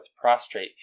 prostrate